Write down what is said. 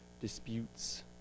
disputes